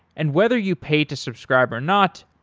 and whether you pay to subscribe or not,